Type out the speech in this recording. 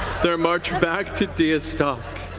their march back to deastok,